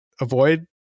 avoid